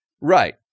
Right